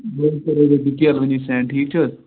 بہٕ حظ کَرو تُہۍ ڈِٹیل وُنی سٮ۪نٛڈ ٹھیٖک چھِ حظ